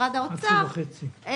משרד האוצר,